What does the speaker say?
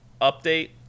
update